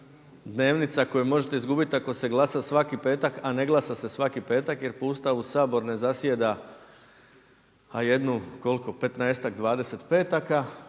dnevnica koje možete izgubiti ako se glasa svaki petak a ne glasa se svaki petak jer po Ustavu Sabor ne zasjeda a jedno koliko 15-ak, 20 petaka